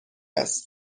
است